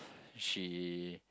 she